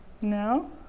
No